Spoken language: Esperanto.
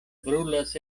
brulas